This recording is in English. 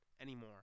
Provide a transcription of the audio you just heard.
anymore